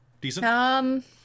Decent